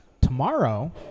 tomorrow